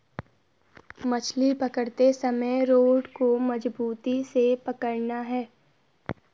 मछली पकड़ते समय रॉड को मजबूती से पकड़ना है